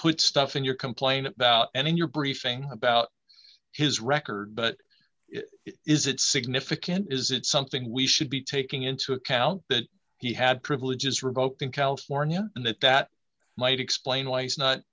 put stuff in your complaint about and in your briefing about his record but is it significant is it something we should be taking into account that he had privileges revoked in california and that that might explain why he's not